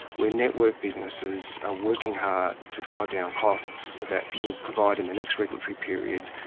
where network businesses are working hard to drive down costs that will provide, in the next regulatory period,